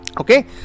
Okay